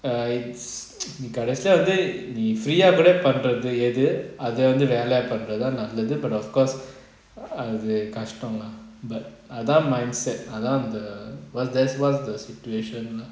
ah it's கடைசில வந்து நீ:kadaisila vanthu nee free eh கூட பண்றது எனது அத வெல்ல பண்றது தா நல்லது:kuda panrathu yeathu atha vella panrathu thaa nallathu of course அது கஷடம்:athu kasatam but அதன்:athan mindset அதன் அந்த:athan antha the wha~ that's what's the situation